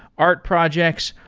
art projects,